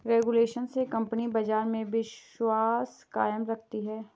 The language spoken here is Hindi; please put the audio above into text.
रेगुलेशन से कंपनी बाजार में विश्वास कायम रखती है